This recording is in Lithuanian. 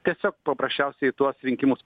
tiesiog paprasčiausiai tuos rinkimus